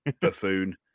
buffoon